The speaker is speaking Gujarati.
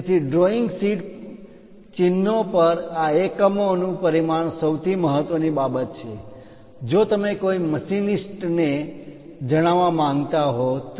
તેથી ડ્રોઈંગ શીટ ચિહ્નો પર આ એકમોનું પરિમાણ સૌથી મહત્વની બાબત છે જો તમે કોઈ મશિનિસ્ટ્સ ને યંત્ર-ચાલક જણાવવા માગતા હો તો